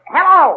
Hello